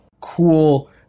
cool